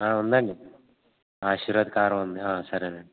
ఉందండి ఆశీర్వాద్ కారం ఉంది సరే అండి